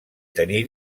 tenir